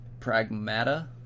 Pragmata